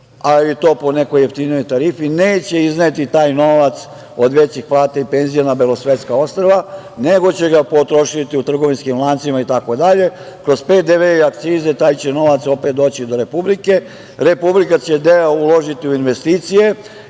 ali to po nekoj jeftinijoj tarifi, neće izneti taj novac od većih plata i penzija na belosvetska ostrva, nego će ga potrošiti u trgovinskim lancima itd. Kroz PDV i akcize taj će novac opet doći do Republike. Republika će deo uložiti u investicije